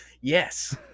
Yes